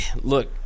look